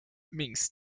means